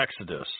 Exodus